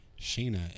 Sheena